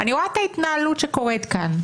אני רואה את ההתנהלות שקורית כאן.